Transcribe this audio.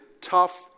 tough